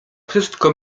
wszystko